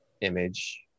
image